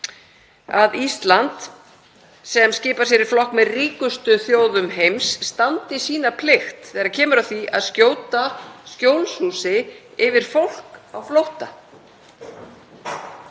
að Ísland, sem skipar sér í flokk með ríkustu þjóðum heims, standi sína plikt þegar kemur að því að skjóta skjólshúsi yfir fólk á flótta.